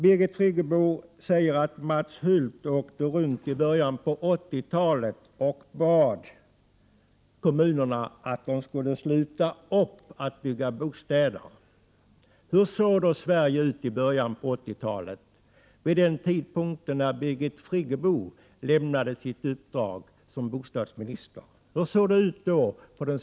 Birgit Friggebo säger att Mats Hulth åkte runt i början av 80-talet och bad kommunerna att de skulle sluta upp med att bygga bostäder. Hur såg det då ut på den svenska bostadsmarknaden i början på 80-talet, vid den tidpunkt när Birgit Friggebo lämnade sitt uppdrag som bostadsminister?